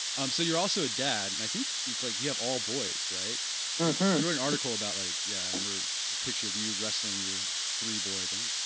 um so, you're also a dad and i think it's like you have all boys, right. you wrote an article about like yeah and a picture of you wrestling your three boys, i think